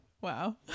Wow